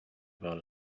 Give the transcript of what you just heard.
about